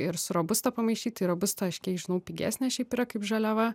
ir su robusta pamaišyt tai robusta aš kiek žinau pigesnės šiaip yra kaip žaliava